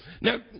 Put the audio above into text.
Now